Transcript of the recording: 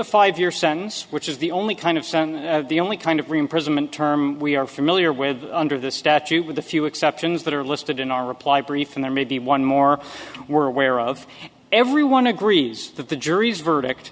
a five year sentence which is the only kind of sense of the only kind of room prism and term we are familiar with under the statute with a few exceptions that are listed in our reply brief and there may be one more we're aware of everyone agrees that the jury's verdict